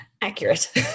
Accurate